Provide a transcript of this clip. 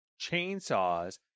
chainsaws